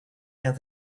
and